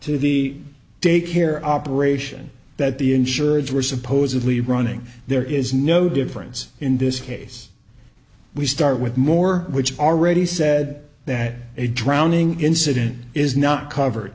to the daycare operation that the insurers were supposedly running there is no difference in this case we start with more which already said that a drowning incident is not covered